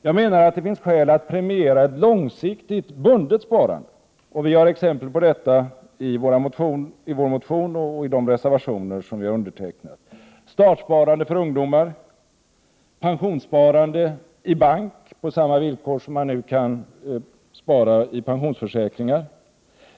Jag menar att det finns skäl att stimulera till ett långsiktigt bundet sparande, och vi ger exempel på det i vår motion och i de reservationer som vi har undertecknat: startsparande för ungdomar, pensionssparande i bank på samma villkor som man nu kan spara i pensionsförsäkringar.